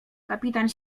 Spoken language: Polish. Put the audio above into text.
kapitan